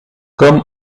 comme